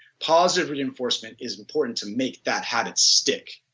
positive reinforcement is important to make that habit stick.